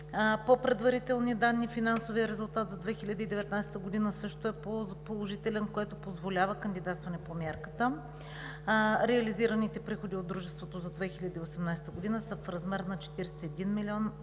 По предварителни данни финансовият резултат за 2019 г. също е положителен, което позволява кандидатстване по мярката. Реализираните приходи от дружеството за 2018 г. са в размер на 41 млн.